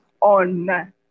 On